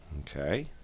Okay